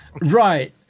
Right